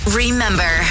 remember